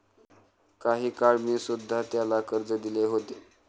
काही काळ मी सुध्धा त्याला कर्ज दिले होते